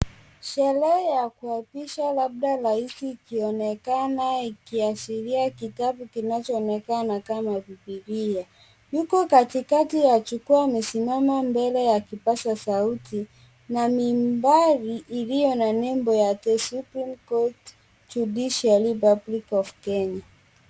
Sherehe ya kuapisha labda rais ikionekana ikiashiria kitabu kinachoonekana kama bibilia. Huku katikati ya jukwaa amesimama mbele ya kipasa sauti na nambari iliyo na nembo ya the supreme court judiciary public of Kenya .